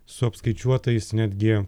su apskaičiuotais netgi